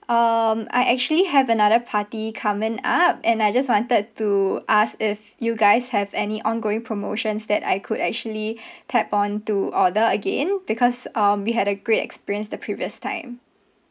um I actually have another party coming up and I just wanted to ask if you guys have any ongoing promotions that I could actually tap on to order again because um we had a great experience the previous time